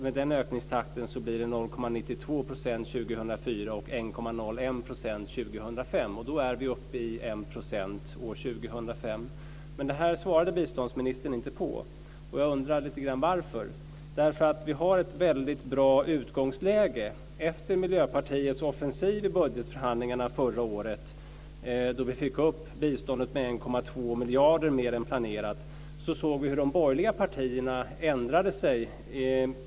Med den ökningstakten blir det 0,92 % år 2004 och 1,01 % år 2005, och då är vi uppe i 1 % år 2005. Men detta svarade biståndsministern inte på. Jag undrar lite grann varför. Vi har ett väldigt bra utgångsläge. Efter Miljöpartiets offensiv i budgetförhandlingarna förra året då vi fick upp biståndet med 1,2 miljarder mer än planerat såg vi hur de borgerliga partierna ändrade sig.